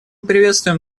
приветствуем